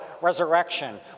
resurrection